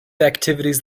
activities